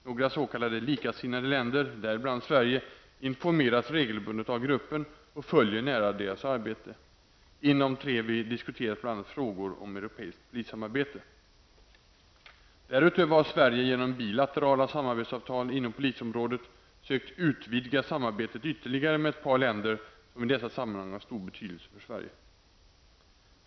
Några s.k. likasinnade länder, däribland Sverige, informeras regelbundet av gruppen och följer nära deras arbete. Inom TREVI diskuteras bl.a. frågor om europeiskt polissamarbete. Därutöver har Sverige genom bilaterala samarbetsavtal inom polisområdet sökt utvidga samarbetet ytterligare med ett par länder som i dessa sammanhang har stor betydelse för Sverige.